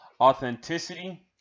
authenticity